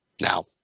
Now